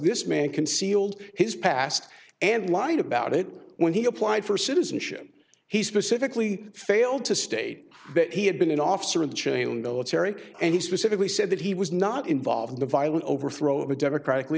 this man concealed his past and lied about it when he applied for citizenship he specifically failed to state that he had been an officer in the chain military and he specifically said that he was not involved in the violent overthrow of a democratically